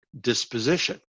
disposition